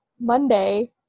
Monday